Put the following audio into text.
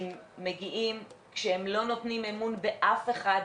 מגיעים כשהם לא נותנים אמון באף אחד,